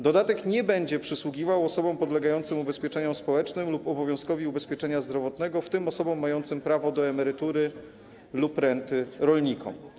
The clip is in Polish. Dodatek nie będzie przysługiwał osobom podlegającym ubezpieczeniom społecznym lub obowiązkowi ubezpieczenia zdrowotnego, w tym mającym prawo do emerytury lub renty rolnikom.